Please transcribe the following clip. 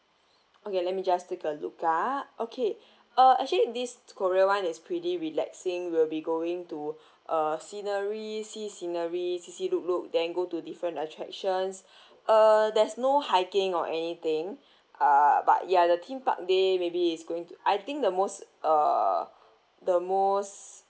okay let me just take a look ah okay uh actually this korea [one] is pretty relaxing will be going to uh scenery see scenery see see look look then go to different attractions uh there's no hiking or anything uh but ya the theme park day may be is going to I think the most uh the most